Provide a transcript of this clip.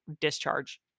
discharge